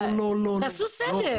תעשו סדר.